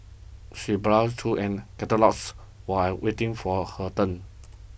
she browsed through an catalogues while waiting for her turn